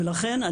לכן,